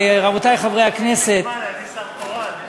רבותי חברי הכנסת, יש לי זמן, אני שר תורן.